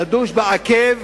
לדוש בעקב,